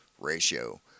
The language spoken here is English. ratio